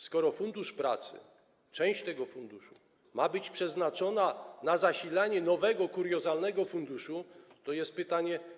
Skoro środki Funduszu Pracy, część środków tego funduszu, mają być przeznaczone na zasilanie nowego, kuriozalnego funduszu, to jest pytanie: